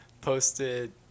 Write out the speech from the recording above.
posted